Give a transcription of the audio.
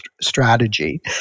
strategy